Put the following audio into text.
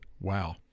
Wow